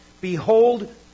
Behold